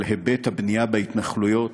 על היבט הבנייה בהתנחלויות,